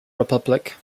republic